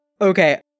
Okay